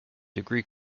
degree